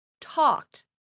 talked